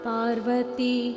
Parvati